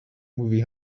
movie